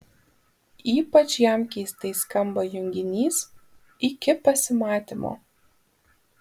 ypač jam keistai skamba junginys iki pasimatymo